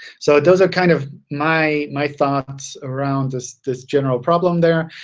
so those are kind of my my thoughts around this this general problem there.